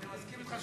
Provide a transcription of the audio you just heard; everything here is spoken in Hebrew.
אני מסכים אתך.